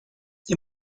nie